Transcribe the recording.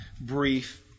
brief